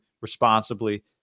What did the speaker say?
responsibly